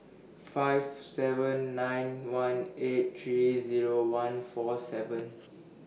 five seven nine one eight three Zero one four seven